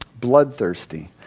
Bloodthirsty